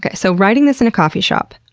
ah so, writing this in a coffee shop,